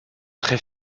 très